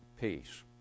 peace